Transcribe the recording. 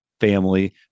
family